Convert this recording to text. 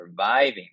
surviving